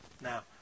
Now